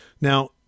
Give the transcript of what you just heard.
Now